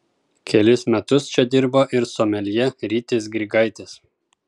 kelis metus čia dirba ir someljė rytis grigaitis